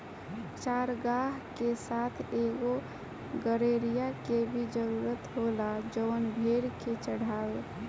चारागाह के साथ एगो गड़ेड़िया के भी जरूरत होला जवन भेड़ के चढ़ावे